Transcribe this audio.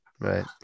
right